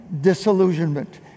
disillusionment